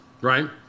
right